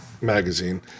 magazine